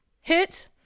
hit